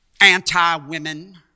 anti-women